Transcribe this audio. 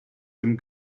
dem